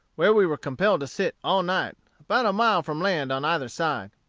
where we were compelled to sit all night, about a mile from land on either side.